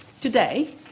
today